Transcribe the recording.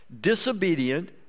disobedient